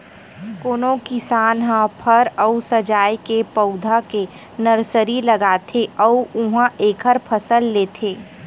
कोनो किसान ह फर अउ सजाए के पउधा के नरसरी लगाथे अउ उहां एखर फसल लेथे